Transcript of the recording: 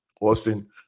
austin